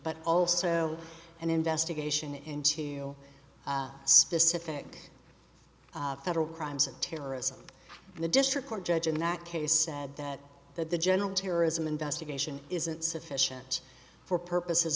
but also an investigation into specific federal crimes and terrorism the district court judge in that case said that that the general terrorism investigation isn't sufficient for purposes